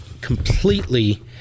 completely